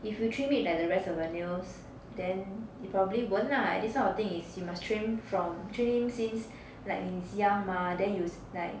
if you trim it like the rest of the nails then it probably won't lah this kind of thing is you must trim from trim him since like when he is young mah then you like